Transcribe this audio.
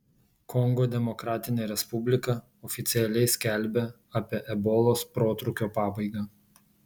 kongo demokratinė respublika oficialiai skelbia apie ebolos protrūkio pabaigą